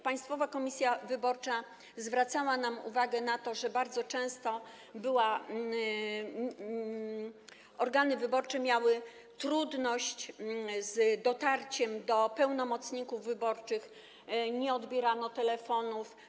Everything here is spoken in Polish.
Państwowa Komisja Wyborcza zwracała nam uwagę na to, że bardzo często organy wyborcze miały trudność z dotarciem do pełnomocników wyborczych, nie odbierano telefonów.